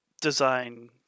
design